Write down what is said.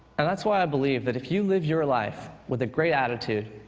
and that's why i believe that if you live your life with a great attitude,